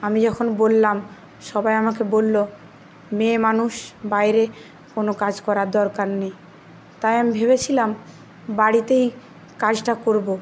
আমি যখন বললাম সবাই আমাকে বললো মেয়েমানুষ বাইরে কোনো কাজ করার দরকার নেই তাই আমি ভেবেছিলাম বাড়িতেই কাজটা করব